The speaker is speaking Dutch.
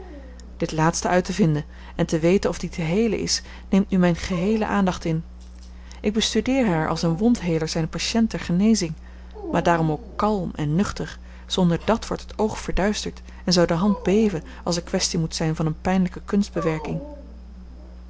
dit laatste uit te vinden en te weten of die te heelen is neemt nu mijne geheele aandacht in ik bestudeer haar als een wondheeler zijn patiënt ter genezing maar daarom ook kalm en nuchter zonder dàt wordt het oog verduisterd en zou de hand beven als er kwestie moet zijn van eene pijnlijke